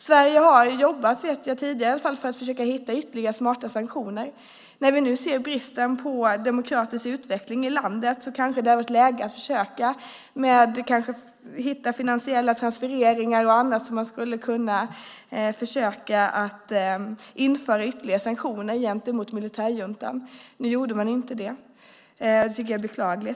Sverige har i alla fall tidigare, vet jag, jobbat på att försöka hitta ytterligare smarta sanktioner. När vi nu ser bristen på demokratisk utveckling i Burma skulle det kanske vara läge att försöka hitta finansiella transfereringar och möjligheter att införa ytterligare sanktioner mot militärjuntan. Det har man inte gjort, vilket jag tycker är beklagligt.